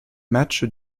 matchs